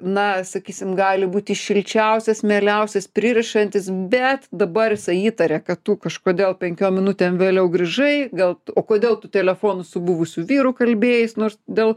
na sakysim gali būti šilčiausias mieliausias pririšantis bet dabar jisai įtaria kad tu kažkodėl penkiom minutėm vėliau grįžai gal o kodėl tu telefonu su buvusiu vyru kalbėjais nors dėl